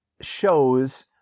shows